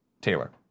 Taylor